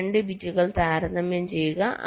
ഈ 2 ബിറ്റുകൾ താരതമ്യം ചെയ്യുക